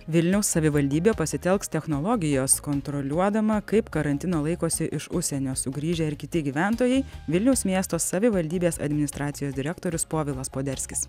vilniaus savivaldybė pasitelks technologijas kontroliuodama kaip karantino laikosi iš užsienio sugrįžę ir kiti gyventojai vilniaus miesto savivaldybės administracijos direktorius povilas poderskis